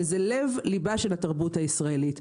זה לב לבה של התרבות הישראלית.